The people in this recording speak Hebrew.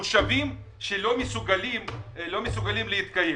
תושבים שלא מסוגלים להתקיים?